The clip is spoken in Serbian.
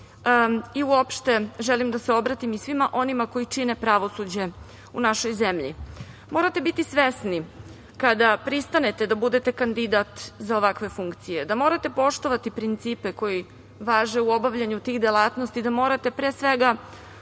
i uopšte želim da se obratim i svima onima koji čine pravosuđe u našoj zemlji. Morate biti svesni, kada pristanete da budete kandidat za ovakve funkcije, da morate poštovati principe koji važe u obavljanju tih delatnosti, da morate, pre svega,